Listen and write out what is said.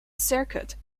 circuit